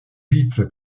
vite